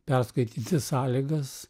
perskaityti sąlygas